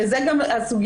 וזו גם הסוגיה,